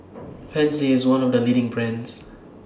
Pansy IS one of The leading brands